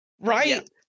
Right